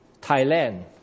Thailand